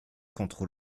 contre